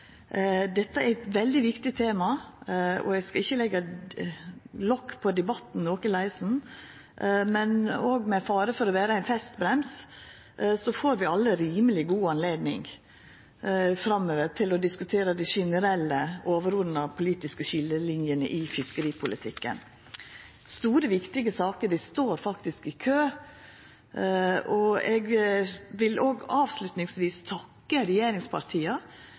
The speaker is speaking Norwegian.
Dette er eit veldig viktig tema, og eg skal ikkje på nokon måte leggja lok på debatten, men med fare for å vera ein festbrems: Vi får alle rimeleg god anledning framover til å diskutera dei generelle overordna politiske skiljelinjene i fiskeripolitikken. Det er store, viktige saker, dei står faktisk i kø, og eg vil som avslutning takka regjeringspartia